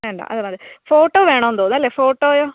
വേണ്ട അത് മതി ഫോട്ടോ വേണോന്ന് തോന്നുന്നില്ലേ ഫോട്ടോയോ